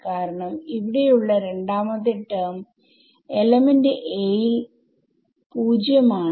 കാരണം ഇവിടെ ഉള്ള രണ്ടാമത്തെ ടെർമ് എലമെന്റ് a യിൽ 0 ആണ്